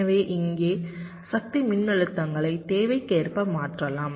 எனவே இங்கே சக்தி மின்னழுத்தங்களை தேவைக்கேற்ப மாற்றலாம்